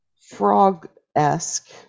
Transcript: frog-esque